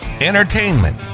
entertainment